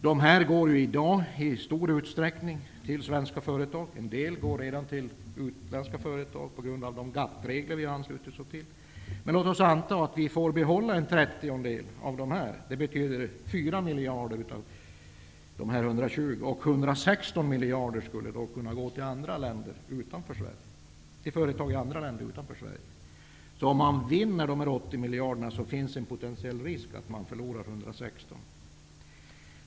De här medlen går i dag i stor utsträckning till svenska företag, och en del av dem går redan nu till utländska företag på grund av de GATT-regler som vi har anslutit oss till. Men låt oss anta att vi får behålla en trettiondel -- det betyder 4 miljarder av de 120. 116 miljarder skulle kunna gå till företag i andra länder. Även om man vinner 80 miljarder finns det en potentiell risk att man förlorar 116 miljarder.